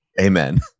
amen